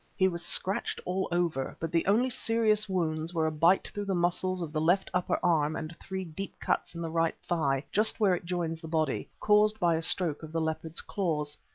he was scratched all over, but the only serious wounds were a bite through the muscles of the left upper arm and three deep cuts in the right thigh just where it joins the body, caused by a stroke of the leopard's claws.